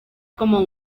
como